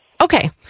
Okay